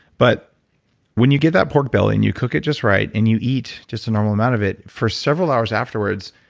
but when you get that pork belly and you cook it just right and you eat just a normal amount of it, for several hours afterwards,